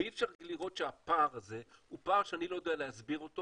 ואי אפשר לראות שהפער הזה הוא פער שאני לא יודע להסביר אותו